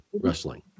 wrestling